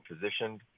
positioned